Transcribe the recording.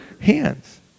hands